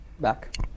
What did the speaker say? Back